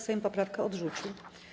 Sejm poprawkę odrzucił.